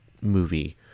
movie